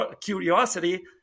curiosity